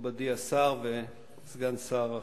מכובדי השר וסגן שר החוץ,